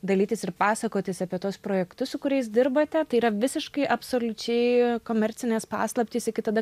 dalytis ir pasakotis apie tuos projektus su kuriais dirbate tai yra visiškai absoliučiai komercinės paslaptys iki tada